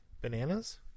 Bananas